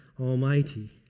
Almighty